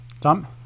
Tom